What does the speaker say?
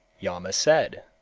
yama said,